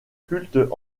culte